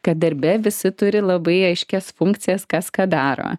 kad darbe visi turi labai aiškias funkcijas kas ką daro